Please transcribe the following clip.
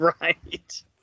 right